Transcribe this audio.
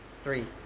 Three